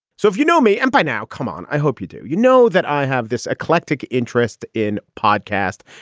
so if you know me and by now. come on. i hope you do. you know that i have this eclectic interest in podcasts.